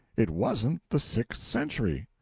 it wasn't the sixth century.